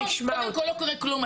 קודם כל לא קורה כלום,